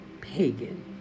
pagan